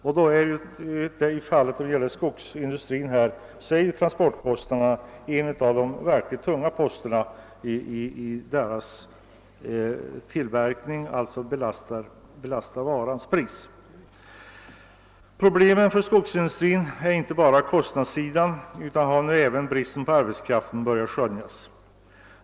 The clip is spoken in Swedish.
När det gäller skogsindustrin är ju transportkostnaderna en av de verkligt tunga poster som belastar varans pris. Problemen för skogsindustrin gäller inte bara kostnaderna utan nu har även brist på arbetskraft börjat skönjas.